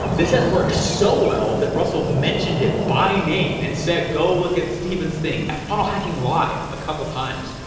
this has worked so well that russell mentioned it by name and said go look at stephens thing at funnel hacking live a couple times.